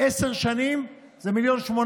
עשר שנים, זה 1.8,